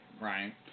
right